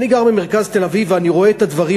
גר במרכז תל-אביב ואני רואה את הדברים